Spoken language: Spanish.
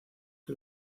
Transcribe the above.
que